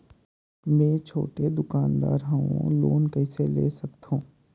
मे छोटे दुकानदार हवं लोन कइसे ले सकथव?